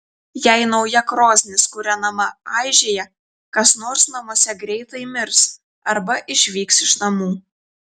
jei nauja krosnis kūrenama aižėja kas nors namuose greitai mirs arba išvyks iš namų